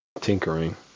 tinkering